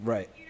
Right